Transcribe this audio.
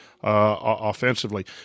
offensively